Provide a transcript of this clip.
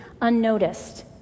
unnoticed